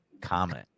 comment